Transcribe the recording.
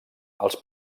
els